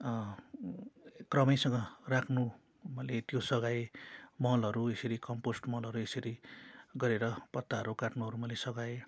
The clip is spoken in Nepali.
क्रमैसँग राख्नु मैले त्यो सघाएँ मलहरू यसरी कम्पोस्ट मलहरू यसरी गरेर पत्ताहरू काट्नुहरू मैले सघाएँ